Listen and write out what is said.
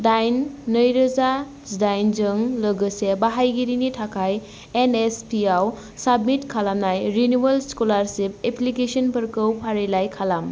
दाइन नैरोजा जिदाइनजों लोगोसे बाहायगिरिनि थाखाय एन एस पि आव साबमिट खालामनाय रिनिउयेल स्क'लारशिप एप्लिकेसनफोरखौ फारिलाइ खालाम